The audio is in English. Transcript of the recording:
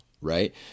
right